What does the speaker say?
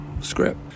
script